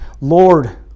Lord